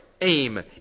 aim